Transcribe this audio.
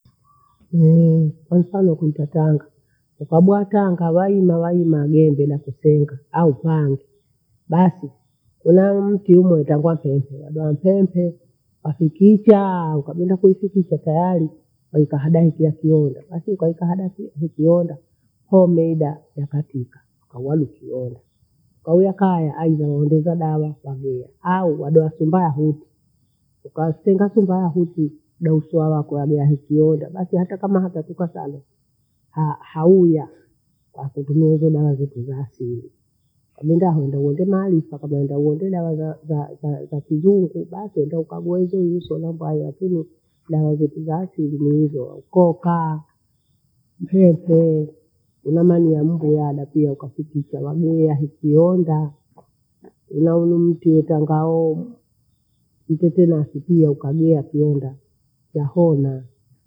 Ehee, kwamfano wetike Tanga, ukabua Tanga waima waimaa jembe nakesenga au panga. Basi ena mti umwe tangwa soisoia adwa ntwentwe afikichaa ukabinda kuichikicha tayari wahika hada yetu yasioza. Basi ukaika hada sio hikionda fomeida wakatika, wauya miti yole. Kauya kaya aitha huendeza dawa kwavio au wadea simba haetu, ukasenga senga haya hiti doukwea waku wagea hisiole. Basi hata kama hatapikwa salu ha- hauya basi kujua hizo dawa zekwize hasili. Kabinda hundi hendema halisa kabla uwinde wendela za- za- za- zakizungu basi enda ikague izo izo na bwaya yakiie. Dawa zetu za asili ziweze okokaa ntetee inamanye ya mbu yada tia ukafutika wagea hiki hondaa unaunye mtu wetanga hoo mtutema hasikia ukagea akienda tahona.